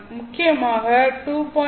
முக்கியமாக 2